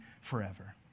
forever